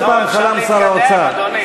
על זה פעם חלם שר האוצר, אפשר להתקדם, אדוני?